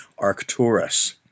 Arcturus